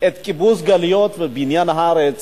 ואת קיבוץ הגלויות ובניין הארץ